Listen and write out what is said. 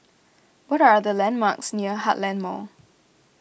what are the landmarks near Heartland Mall